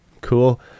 Cool